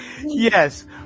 Yes